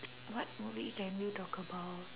what movie can we talk about